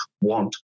want